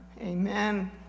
amen